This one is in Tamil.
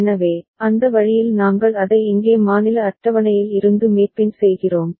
எனவே அந்த வழியில் நாங்கள் அதை இங்கே மாநில அட்டவணையில் இருந்து மேப்பிங் செய்கிறோம்